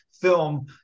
film